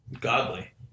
godly